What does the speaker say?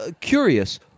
Curious